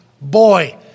boy